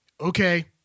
Okay